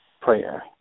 prayer